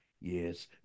Yes